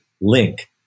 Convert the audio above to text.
link